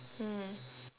mm